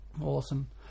Awesome